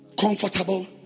Comfortable